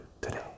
today